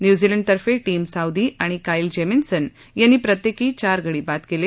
न्युझिलंडतर्फे Tim Southee आणि Kyle Jamieson यांनी प्रत्येकी चार गडी बाद केले